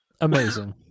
amazing